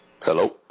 Hello